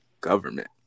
government